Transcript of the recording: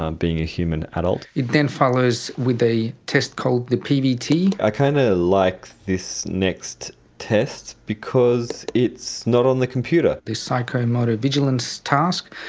being a human adult. it then follows with a test called the pvt. i kind of like this next test, because it's not on the computer. the psychomotor vigilance task,